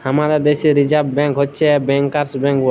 হামাদের দ্যাশে reserve bank হচ্ছ ব্যাংকার্স ব্যাঙ্ক বলে